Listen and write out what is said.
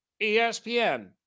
ESPN